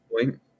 point